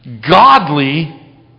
godly